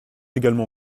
également